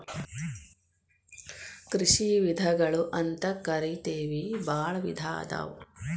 ಕೃಷಿ ವಿಧಗಳು ಅಂತಕರಿತೆವಿ ಬಾಳ ವಿಧಾ ಅದಾವ